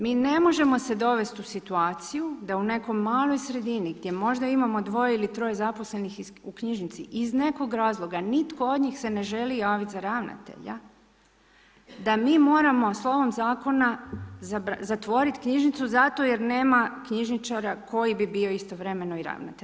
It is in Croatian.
Mi ne možemo se dovesti u situaciju da u nekoj maloj sredini gdje možda imamo dvoje ili troje zaposlenih u knjižnici, iz nekog razloga nitko od njih se ne želi javiti za ravnatelja, da mi moramo slovom zakona zatvoriti knjižnicu zato jer nema knjižničara koji bio istovremeno i ravnatelj.